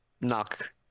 knock